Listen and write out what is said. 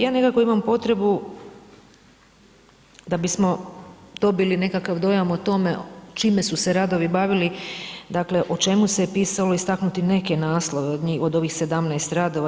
Ja nekako imam potrebu da bismo dobili nekakav dojam o tome čime su se radovi bavili, dakle o čemu se je pisalo, istaknuti neke naslove od ovih 17 radova.